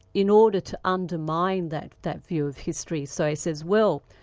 in order to undermine that that view of history. so he says, well,